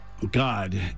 God